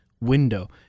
window